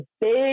big